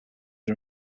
are